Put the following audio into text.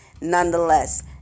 nonetheless